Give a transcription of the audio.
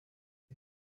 die